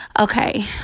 Okay